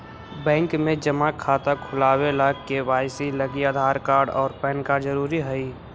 bank में जमा खाता खुलावे ला के.वाइ.सी लागी आधार कार्ड और पैन कार्ड ज़रूरी हई